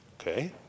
Okay